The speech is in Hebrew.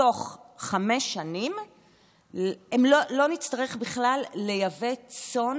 תוך חמש שנים לא נצטרך בכלל לייבא צאן.